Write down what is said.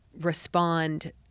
respond